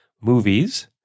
movies